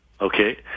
Okay